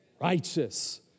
righteous